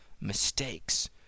mistakes